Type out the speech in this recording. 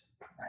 right